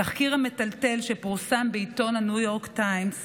התחקיר המטלטל שפורסם בעיתון ניו יורק טיימס